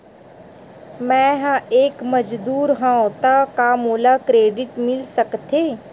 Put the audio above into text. मैं ह एक मजदूर हंव त का मोला क्रेडिट मिल सकथे?